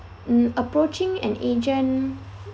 mm approaching an agent